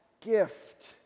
gift